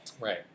right